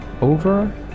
Over